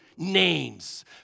names